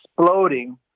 exploding